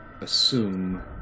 assume